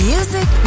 Music